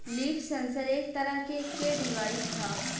leaf sensor एक तरह के के डिवाइस ह